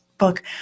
book